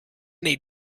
need